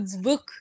book